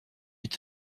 huit